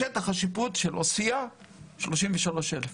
שטח השיפוט של עוספיה שלושים ושלוש אלף.